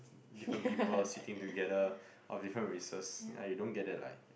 different people sitting together of different races and you don't get that like